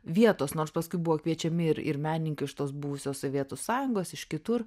vietos nors paskui buvo kviečiami ir ir menininkai iš tos buvusios sovietų sąjungos iš kitur